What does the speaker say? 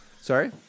Sorry